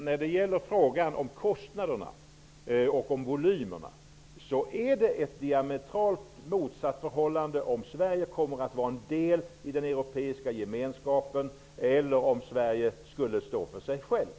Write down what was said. När det gäller frågan om kostnaderna och volymerna vill jag säga att förhållandena är diametralt motsatta om Sverige kommer att vara en del i den europeiska gemenskapen och om Sverige står för sig självt.